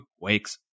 wakes